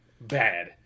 bad